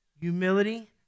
Humility